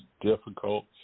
difficult